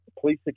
police